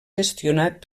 gestionat